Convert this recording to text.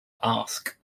ask